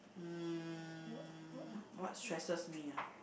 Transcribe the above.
um what stresses me ah